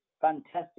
fantastic